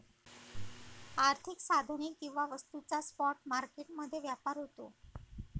आर्थिक साधने किंवा वस्तूंचा स्पॉट मार्केट मध्ये व्यापार होतो